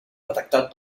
detectat